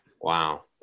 wow